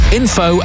info